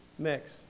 Mix